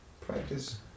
Practice